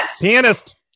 pianist